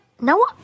No